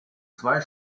zwei